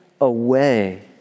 away